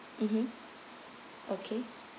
mmhmm okay